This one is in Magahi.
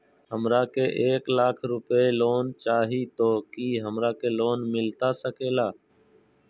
हमरा के एक लाख रुपए लोन चाही तो की हमरा के लोन मिलता सकेला?